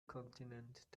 kontinent